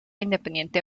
independiente